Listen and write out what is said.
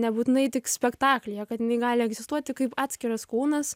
nebūtinai tik spektaklyje kad jinai gali egzistuoti kaip atskiras kūnas